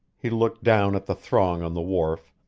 he looked down at the throng on the wharf,